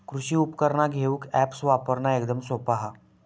कृषि उपकरणा घेऊक अॅप्स वापरना एकदम सोप्पा हा